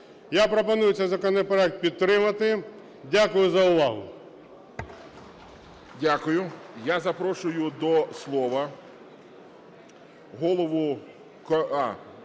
Я пропоную цей законопроект підтримати. Дякую за увагу.